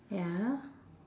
ya